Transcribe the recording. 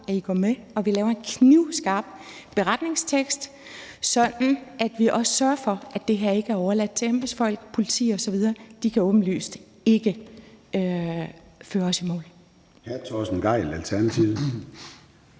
at I går med, og at vi laver en knivskarp beretningstekst, sådan at vi også sørger for, at det her ikke er overladt til embedsfolk, politi osv. De kan åbenlyst ikke føre os i mål.